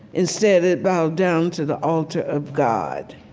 instead, it bowed down to the altar of god,